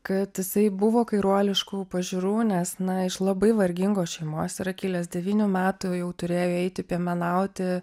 kad jisai buvo kairuoliškų pažiūrų nes na iš labai vargingos šeimos yra kilęs devynių metų jau turėjo eiti piemenauti